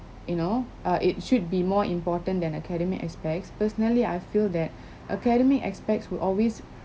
you know uh it should be more important than academic aspects personally I feel that academic aspects will always